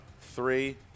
Three